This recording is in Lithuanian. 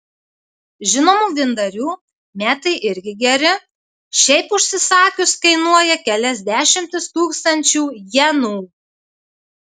žinomų vyndarių metai irgi geri šiaip užsisakius kainuoja kelias dešimtis tūkstančių jenų